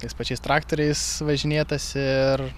tais pačiais traktoriais važinėtasi ir